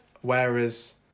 whereas